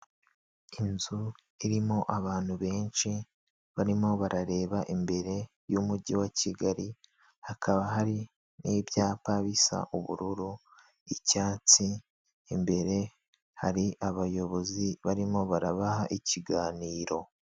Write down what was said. Inzu irimo abantu benshi barimo barareba imbere y'umujyi wa kigali , hakaba hari n'ibyapa bisa ubururu ,icyatsi ,imbere hari abayobozi barimo barabaha ikiganiro.